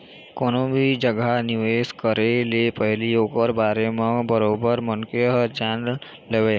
कोनो भी जघा निवेश करे ले पहिली ओखर बारे म बरोबर मनखे ह जान लेवय